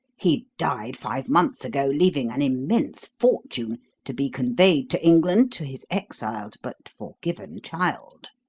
he died five months ago, leaving an immense fortune to be conveyed to england to his exiled but forgiven child.